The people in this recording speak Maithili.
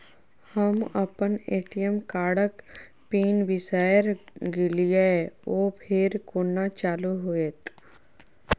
हम अप्पन ए.टी.एम कार्डक पिन बिसैर गेलियै ओ फेर कोना चालु होइत?